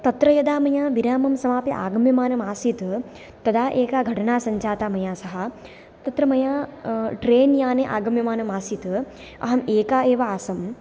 तत्र यदा मया विरामं समाप्य आगम्यमानं आसीत् तदा एका घटना सञ्जाता मया सह तत्र मया ट्रेन् याने आगम्यमानम् आसीत् अहं एका एव आसम्